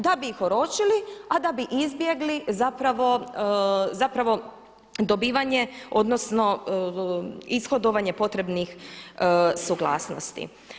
Da bi ih oročili, a da bi izbjegli zapravo dobivanje odnosno ishodovanje potrebnih suglasnosti.